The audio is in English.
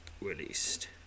released